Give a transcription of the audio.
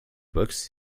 books